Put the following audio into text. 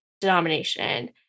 denomination